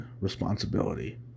responsibility